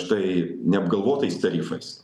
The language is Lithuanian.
štai neapgalvotais tarifais